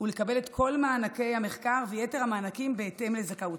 ולקבל את כל מענקי המחקר ויתר המענקים בהתאם לזכאותם.